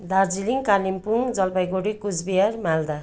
Darjeeling Kalimpong Jalpaiguri Cooch Behar Malda